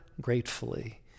gratefully